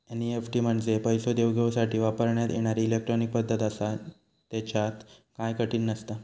NEFT म्हंजे पैसो देवघेवसाठी वापरण्यात येणारी इलेट्रॉनिक पद्धत आसा, त्येच्यात काय कठीण नसता